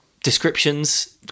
descriptions